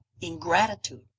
ingratitude